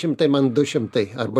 šimtai man du šimtai arba